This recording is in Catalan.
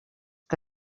que